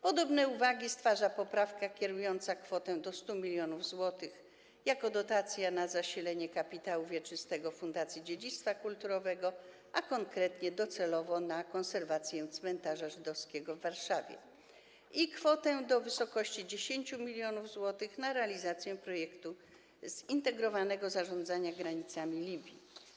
Podobne uwagi powoduje poprawka kierująca kwotę do 100 mln zł jako dotację na zasilenie kapitału wieczystego Fundacji Dziedzictwa Kulturowego, a konkretnie docelowo na konserwację cmentarza żydowskiego w Warszawie, i kwotę do wysokości 10 mln zł na realizację projektu zintegrowanego zarządzania granicami Libii.